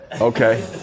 Okay